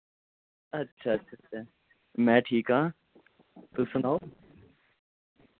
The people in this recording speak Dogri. अच्छा अच्छा में ठीक आं तुस सनाओ